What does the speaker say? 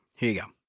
here you go